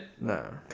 No